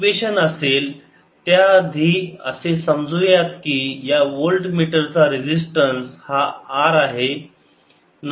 equation असेल त्याआधी असे समजूया की या वोल्टमीटर चा रेजिस्टन्स हा R आहे